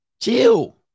Chill